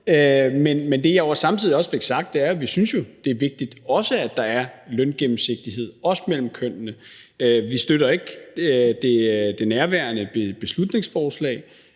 men det, jeg samtidig også fik sagt, er, at vi synes jo, det er vigtigt, at der er løngennemsigtighed, også mellem kønnene. Vi støtter ikke det nærværende beslutningsforslag,